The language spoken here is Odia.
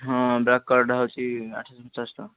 ହଁ ବ୍ଲାକ୍ କଲର୍ଟା ହେଉଛି ଆଠଶହ ପଚାଶ ଟଙ୍କା